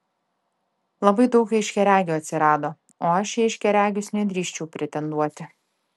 labai daug aiškiaregių atsirado o aš į aiškiaregius nedrįsčiau pretenduoti